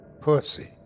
Pussy